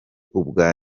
ubwa